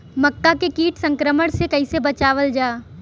मक्का के कीट संक्रमण से कइसे बचावल जा?